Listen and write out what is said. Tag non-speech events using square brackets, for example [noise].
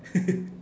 [laughs]